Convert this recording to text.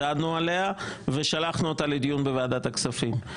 דנו עליה ושלחנו אותה לדיון בוועדת הכספים.